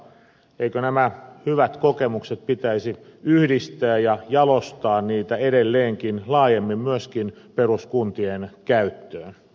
eikö näitä hyviä kokemuksia pitäisi yhdistää ja jalostaa niitä edelleenkin laajemmin myöskin peruskuntien käyttöön